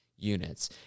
units